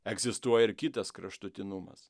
egzistuoja ir kitas kraštutinumas